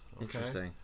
Interesting